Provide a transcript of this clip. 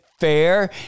Fair